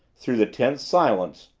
through the tense silence,